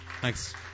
Thanks